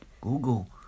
Google